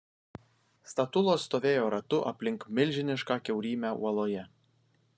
statulos stovėjo ratu aplink milžinišką kiaurymę uoloje